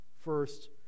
first